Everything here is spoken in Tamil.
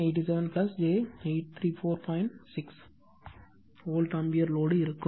6 வோல்ட் ஆம்பியர் லோடு இருக்கும்